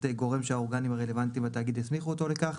גורם שהאורגנים הרלוונטיים בתאגיד הסמיכו אותו לכך.